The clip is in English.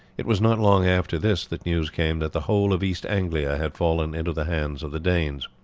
it was not long after this that news came that the whole of east anglia had fallen into the hands of the danes.